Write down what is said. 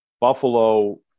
Buffalo